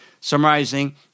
summarizing